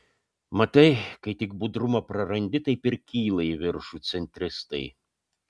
matai kai tik budrumą prarandi taip ir kyla į viršų centristai